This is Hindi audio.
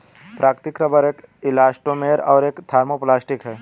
प्राकृतिक रबर एक इलास्टोमेर और एक थर्मोप्लास्टिक है